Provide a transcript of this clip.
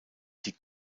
die